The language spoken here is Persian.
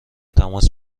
تماس